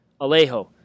Alejo